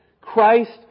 Christ